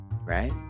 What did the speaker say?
Right